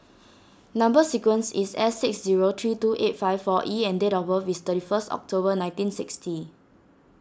Number Sequence is S six zero three two eight five four E and date of birth is thirty first October nineteen sixty